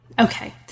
Okay